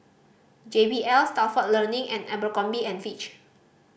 J B L Stalford Learning and Abercrombie and Fitch